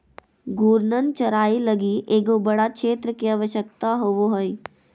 घूर्णन चराई लगी एगो बड़ा क्षेत्र के आवश्यकता होवो हइ